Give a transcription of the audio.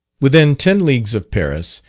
within ten leagues of paris,